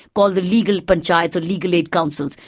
called the legal panchayat or legal aid councils,